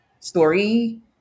story